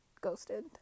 ghosted